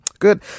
Good